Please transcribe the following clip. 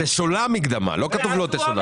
תשולם מקדמה, לא כתוב לא תשולם.